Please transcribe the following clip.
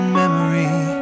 memory